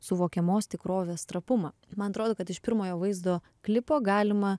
suvokiamos tikrovės trapumą tai man atrodo kad iš pirmojo vaizdo klipo galima